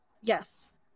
Yes